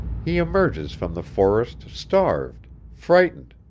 he emerges from the forest starved, frightened,